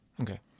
Okay